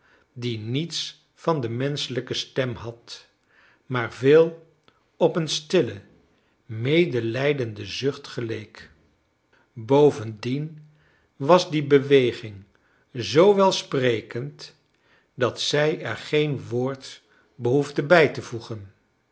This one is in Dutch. die niets van de menschelijke stem had maar veel op een stillen medelijdenden zucht geleek bovendien was die beweging zoo welsprekend dat zij er geen woord behoefde bij te voegen